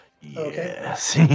yes